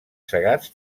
segats